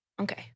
okay